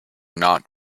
not